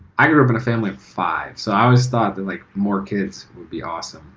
i grew up in a family of five, so i always thought that like more kids would be awesome.